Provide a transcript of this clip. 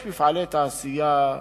יש מפעלי תעשייה,